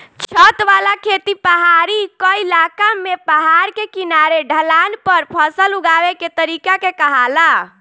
छत वाला खेती पहाड़ी क्इलाका में पहाड़ के किनारे ढलान पर फसल उगावे के तरीका के कहाला